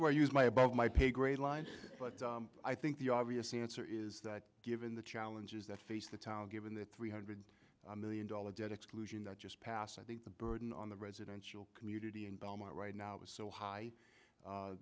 where use my above my pay grade line but i think the obvious answer is that given the challenges that face the town given the three hundred million dollars debt exclusion that just passed i think the burden on the residential community in belmont right now is so high